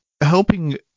helping